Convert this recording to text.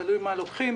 תלוי מה לוקחים.